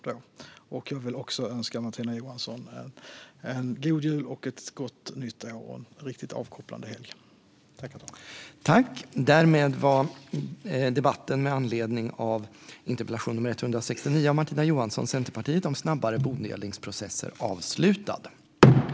Även jag vill önska Martina Johansson en god jul, ett gott nytt år och en riktigt avkopplande helg.